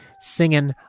singing